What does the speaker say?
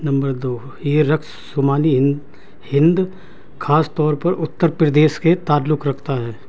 number دو یہ رقص شمالی ہند خاص طور پر اتر پردیش کے تعلق رکھتا ہے